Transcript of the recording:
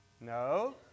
No